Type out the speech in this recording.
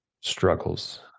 struggles